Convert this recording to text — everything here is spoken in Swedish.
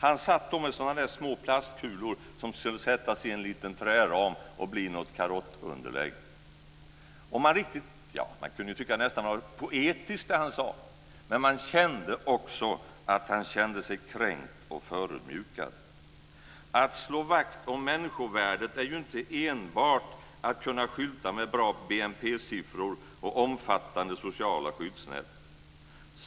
Han satt med små plastkulor som skulle sättas in i en liten träram och bli något karottunderlägg. Man kan ju tycka att det han sade var nästan poetiskt, men man kände också att han kände sig kränkt och förödmjukad. Att slå vakt om människovärdet är ju inte enbart att kunna skylta med bra BNP-siffror och omfattande sociala skyddsnät.